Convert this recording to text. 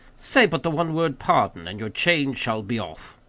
say but the one word, pardon, and your chains shall be off.